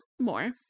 more